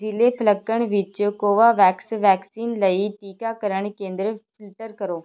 ਜ਼ਿਲ੍ਹੇ ਪਲੱਕਣ ਵਿੱਚ ਕੋਵਾਵੈਕਸ ਵੈਕਸੀਨ ਲਈ ਟੀਕਾਕਰਨ ਕੇਂਦਰ ਫਿਲਟਰ ਕਰੋ